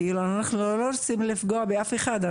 אנחנו לא רוצים לפגוע באף אחד,